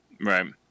Right